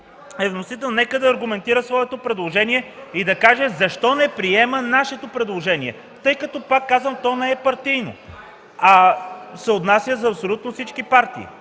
е вносител. Нека да аргументира своето предложение и да каже защо не приема нашето предложение. (Шум и реплики от КБ и ДПС.) Пак казвам, че то не е партийно, а се отнася за абсолютно всички партии.